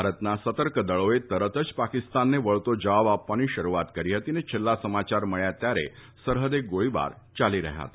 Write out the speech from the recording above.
ભારતના સતર્ક દળોએ તરત જ પાકિસ્તાનને વળતો જવાબ આપવાની શરૂઆત કરી હતી અને છેલ્લા સમાચાર મળ્યા ત્યારે સરહદે ગોળીબાર ચાલી રહ્યા હતા